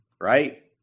right